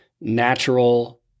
natural